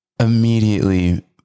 Immediately